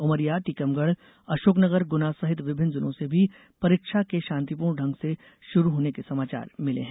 उमरिया टीकमगढ़ अशोकनगर गुना सहित विभिन्न जिलों से भी परीक्षा के शांतिपूर्ण ढंग से शरू होने के समाचार मिले हैं